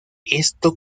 esto